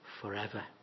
forever